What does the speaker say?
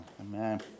Amen